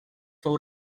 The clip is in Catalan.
fou